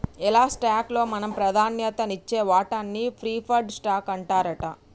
ఎలా స్టాక్ లో మనం ప్రాధాన్యత నిచ్చే వాటాన్ని ప్రిఫర్డ్ స్టాక్ అంటారట